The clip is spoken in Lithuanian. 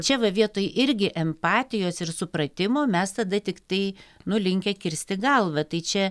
čia va vietoj irgi empatijos ir supratimo mes tada tiktai nu linkę kirsti galvą tai čia